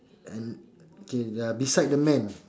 and okay beside the man